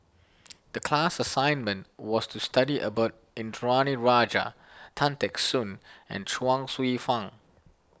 the class assignment was to study about Indranee Rajah Tan Teck Soon and Chuang Hsueh Fang